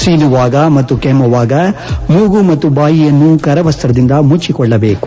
ಸೀನುವಾಗ ಮತ್ತು ಕೆಮ್ಜುವಾಗ ಮೂಗು ಮತ್ತು ಬಾಯಿಯನ್ನು ಕರವಸ್ತದಿಂದ ಮುಚ್ಚಿಕೊಳ್ಳಬೆಕು